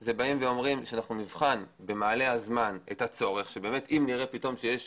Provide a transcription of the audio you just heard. זה שאנחנו נבחן במשך הזמן את הצורך ואם נראה שיש